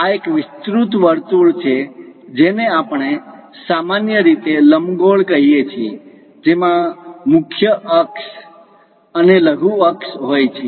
આ એક વિસ્તૃત વર્તુળ છે જેને આપણે સામાન્ય રીતે લંબગોળ કહીએ છીએ જેમાં મુખ્ય અક્ષ મેજર અક્ષ major axis અને લઘુ અક્ષ માઇનોર અક્ષ minor axis હોય છે